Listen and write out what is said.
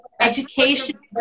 education